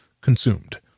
consumed